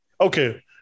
Okay